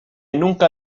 nunca